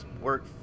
work